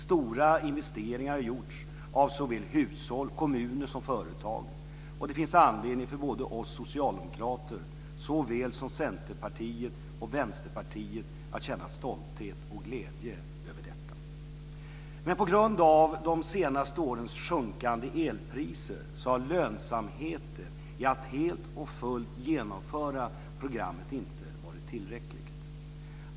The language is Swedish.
Stora investeringar har gjorts av såväl hushåll och kommuner som företag, och det finns anledning för både oss socialdemokrater och Centerpartiet och Vänsterpartiet att känna stolthet och glädje över detta. Men på grund av de senaste årens sjunkande elpriser har lönsamheten i att helt och fullt genomföra programmet inte varit tillräcklig.